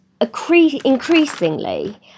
Increasingly